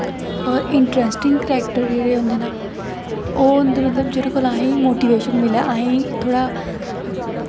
और interesting character जेह्ड़े होंदे ना ओह् होंदे मतलब जेह्ड़े कशा दा असेंगी मोटिवेशन मिलै असेंगी थोह्ड़ा